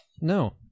No